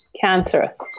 cancerous